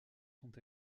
sont